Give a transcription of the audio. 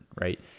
right